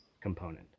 component